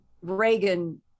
Reagan